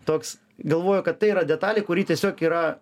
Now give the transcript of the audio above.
toks galvojo kad tai yra detalė kuri tiesiog yra